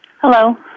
Hello